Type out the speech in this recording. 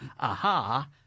aha